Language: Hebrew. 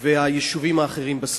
והיישובים האחרים בסביבה.